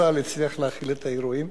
צה"ל הצליח להכיל את האירועים,